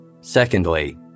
Secondly